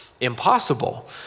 impossible